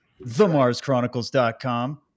themarschronicles.com